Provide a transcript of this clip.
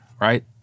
right